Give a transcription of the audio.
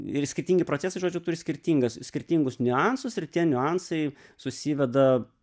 ir skirtingi procesai žodžiu turi skirtingas skirtingus niuansus ir tie niuansai susiveda